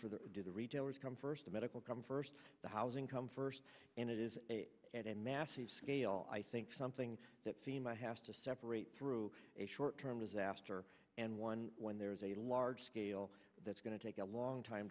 for the do the retailers come first the medical come first the housing come first and it is at a massive scale i think something that seem i have to separate through a short term disaster and one when there is a large scale that's going to take a long time